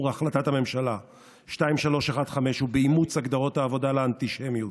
החלטת הממשלה 2315 ובאימוץ הגדרות העבודה לאנטישמיות